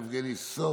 חבר הכנסת יעקב מרגי,